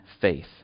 faith